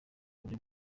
buryo